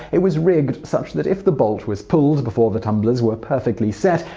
it was rigged such that if the bolt was pulled before the tumblers were perfectly set,